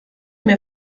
mir